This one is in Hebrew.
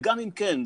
וגם אם כן,